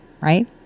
right